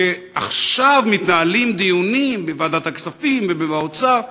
שעכשיו מתנהלים דיונים בוועדת הכספים ובאוצר וכדומה.